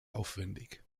aufwendig